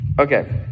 Okay